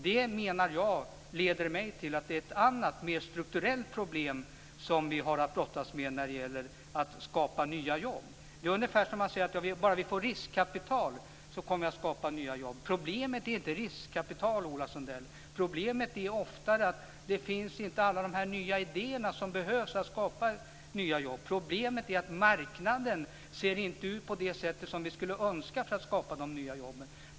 Detta leder mig fram till tanken att det är ett annat och mer strukturellt problem som vi har att brottas med när det gäller att skapa nya jobb. Det är ungefär som när man säger: Bara vi får riskkapital, kommer vi att skapa nya jobb. Problemet är inte riskkapital, Ola Sundell. Problemet är oftare att man inte har alla de nya idéer som behövs för att skapa nya jobb. Problemet är att marknaden inte ser ut på det sätt som vi skulle önska när det gäller att skapa de nya jobben.